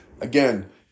Again